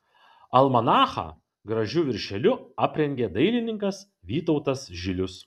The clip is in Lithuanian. almanachą gražiu viršeliu aprengė dailininkas vytautas žilius